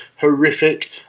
horrific